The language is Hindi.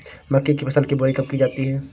मक्के की फसल की बुआई कब की जाती है?